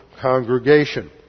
congregation